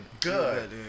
good